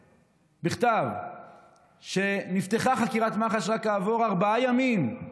בכתב שנפתחה חקירת מח"ש רק כעבור ארבעה ימים,